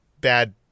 bad